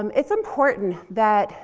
um it's important that